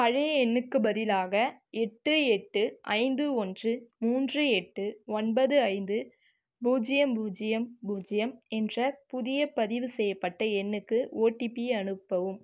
பழைய எண்ணுக்குப் பதிலாக எட்டு எட்டு ஐந்து ஒன்று மூன்று எட்டு ஒன்பது ஐந்து பூஜ்ஜியம் பூஜ்ஜியம் பூஜ்ஜியம் என்ற புதிய பதிவு செய்யப்பட்ட எண்ணுக்கு ஓடிபி அனுப்பவும்